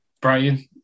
Brian